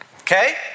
Okay